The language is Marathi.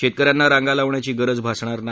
शेतक यांना रांगा लावण्याची गरज भासणार नाही